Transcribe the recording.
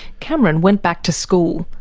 cameron went back to school,